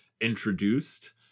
introduced